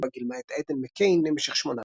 בה גילמה את עדן מקיין למשך שמונה פרקים.